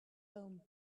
home